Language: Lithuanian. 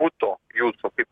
buto jūso kaip